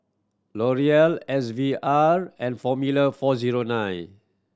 L'Oreal S V R and Formula Four Zero Nine